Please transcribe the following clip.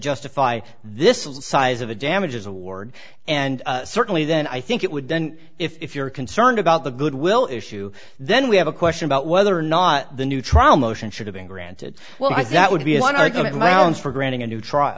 justify this size of the damages award and certainly then i think it would then if you're concerned about the goodwill issue then we have a question about whether or not the new trial motion should have been granted well i think that would be an argument amounts for granting a new trial